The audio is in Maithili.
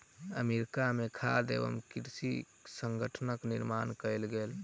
अमेरिका में खाद्य एवं कृषि संगठनक निर्माण कएल गेल